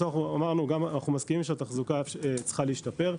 אנחנו מסכימים שהתחזוקה צריכה להשתפר.